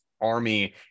army